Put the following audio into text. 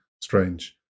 strange